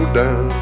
down